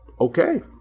Okay